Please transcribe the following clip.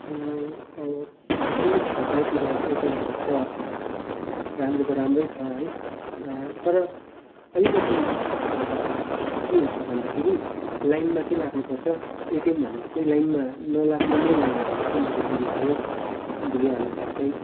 अब मेरो छेउछाउतिर एटिएमहरू त राम्रो त राम्रै छ है तर अलिकति के हुन्छ भन्दाखेरि लाइनमा चाहिँ लाग्नुपर्छ एटिएम भनेको चाहिँ लाइनमा नलाग्ने नै हो भनेको चाहिँ मैले बुझेको हो बुझेअनुसार चाहिँ